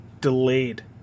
delayed